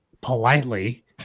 politely